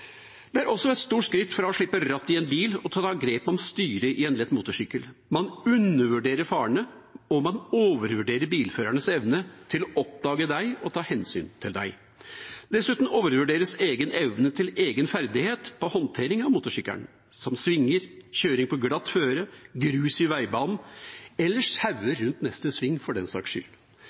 Det er også et stort skritt fra å slippe rattet i en bil til å ta grepet om styret på en lett motorsykkel. Man undervurderer farene, og man overvurderer bilførernes evne til å oppdage deg og ta hensyn til deg. Dessuten overvurderes egen evne til egen ferdighet i å håndtere motorsykkelen, enten det gjelder svinger, kjøring på glatt føre, grus i veibanen – eller sauer rundt neste sving, for den saks skyld.